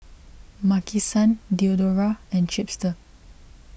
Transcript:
Maki San Diadora and Chipster